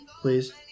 Please